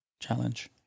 challenge